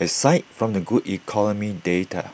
aside from the good economic data